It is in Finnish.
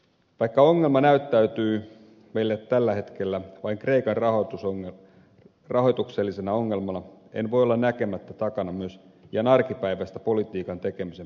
vaikka ongelma näyttäytyy meille tällä hetkellä vain kreikan rahoituksellisena ongelmana en voi olla näkemättä takana myös ihan arkipäiväistä politiikan tekemisen perusongelmaa